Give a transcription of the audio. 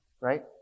right